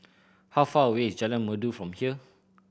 how far away is Jalan Merdu from here